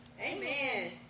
Amen